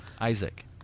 Isaac